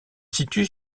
situe